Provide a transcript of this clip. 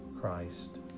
Christ